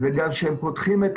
זה גם שהם פותחים את